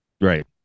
right